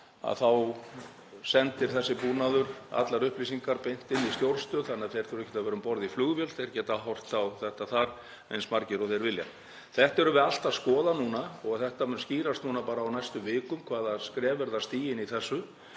þá sendir þessi búnaður allar upplýsingar beint inn í stjórnstöð þannig að þeir þurfa ekkert að vera um borð í flugvél, þeir geta horft á þetta þar, eins margir og þeir vilja. Þetta erum við allt að skoða núna og það mun skýrast bara á næstu vikum hvaða skref verða stigin í þessu.